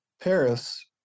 Paris